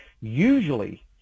Usually